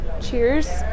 Cheers